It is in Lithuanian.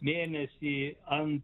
mėnesį ant